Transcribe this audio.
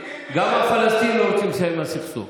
גם הפלסטינים רוצים לסיים עם הסכסוך.